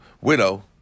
widow